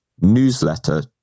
newsletter